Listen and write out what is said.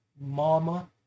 mama